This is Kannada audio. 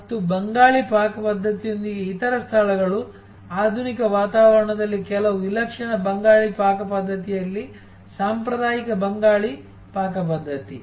ಮತ್ತು ಬಂಗಾಳಿ ಪಾಕಪದ್ಧತಿಯೊಂದಿಗೆ ಇತರ ಸ್ಥಳಗಳು ಆಧುನಿಕ ವಾತಾವರಣದಲ್ಲಿ ಕೆಲವು ವಿಲಕ್ಷಣ ಬಂಗಾಳಿ ಪಾಕಪದ್ಧತಿಯಲ್ಲಿ ಸಾಂಪ್ರದಾಯಿಕ ಬಂಗಾಳಿ ಪಾಕಪದ್ಧತಿ